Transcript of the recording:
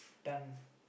done